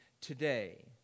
today